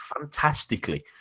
fantastically